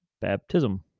baptism